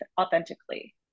authentically